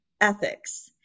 ethics